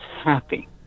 happy